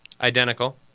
identical